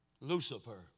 Lucifer